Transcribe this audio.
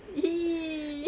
!ee!